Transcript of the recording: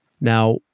Now